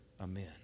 Amen